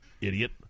idiot